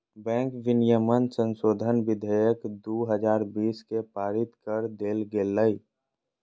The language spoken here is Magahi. बैंक विनियमन संशोधन विधेयक दू हजार बीस के पारित कर देल गेलय